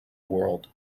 world